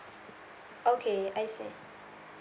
okay I see